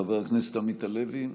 חבר הכנסת עמית הלוי,